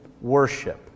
worship